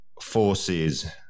forces